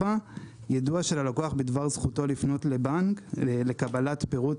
יידועו של הלקוח בדבר זכותו לפנות לבנק לקבלת פירוט